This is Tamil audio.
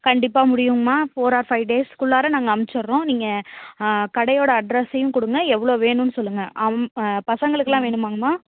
கண்டிப்பாக முடியுங்கம்மா ஃபோர் ஆர் ஃபைவ் டேஸ்க்குள்ளார நாங்கள் அமுச்சிட்றோம் நீங்கள் கடையோட அட்ரஸ்ஸையும் கொடுங்க எவ்வளோ வேணும்னு சொல்லுங்க அம் பசங்களுக்கெலாம் வேணுமாங்கம்மா